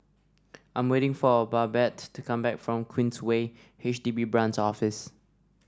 I'm waiting for Babette to come back from Queensway H D B Branch Office